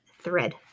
thread